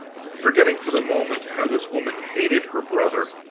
forgetting for the moment how this woman hated her brother.